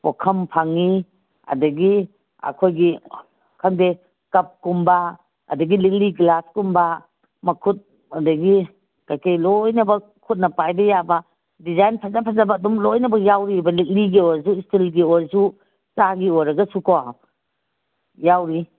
ꯄꯨꯈꯝ ꯐꯪꯉꯤ ꯑꯗꯒꯤ ꯑꯩꯈꯣꯏꯒꯤ ꯈꯪꯗꯦ ꯀꯞꯀꯨꯝꯕ ꯑꯗꯒꯤ ꯂꯤꯛꯂꯤ ꯒ꯭ꯂꯥꯁꯀꯨꯝꯕ ꯃꯈꯨꯠ ꯑꯗꯒꯤ ꯀꯩꯀꯩ ꯂꯣꯏꯅꯃꯛ ꯈꯨꯠꯅ ꯄꯥꯏꯕ ꯌꯥꯕ ꯗꯤꯖꯥꯥꯏꯟ ꯐꯖ ꯐꯖꯕ ꯑꯗꯨꯝ ꯂꯣꯏꯅꯃꯛ ꯌꯥꯎꯔꯤꯕ ꯂꯤꯛꯂꯤꯒꯤ ꯑꯣꯏꯔꯁꯨ ꯏꯁꯇꯤꯜꯒꯤ ꯑꯣꯏꯔꯁꯨ ꯆꯥꯒꯤ ꯑꯣꯏꯔꯒꯗꯨꯀꯣ ꯌꯥꯎꯔꯤ